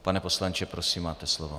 Pan poslanče, prosím, máte slovo.